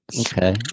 okay